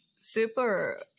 super